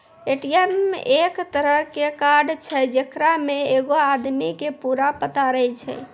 ATM एक तरहो के कार्ड छै जेकरा मे एगो आदमी के पूरा पता रहै छै